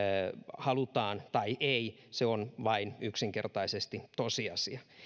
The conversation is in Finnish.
halutaan tai ei se on yksinkertaisesti vain tosiasia